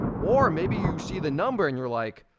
or maybe you see the number, and you're like,